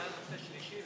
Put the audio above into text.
היה הנושא השלישי,